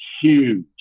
huge